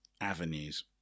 avenues